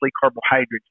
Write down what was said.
carbohydrates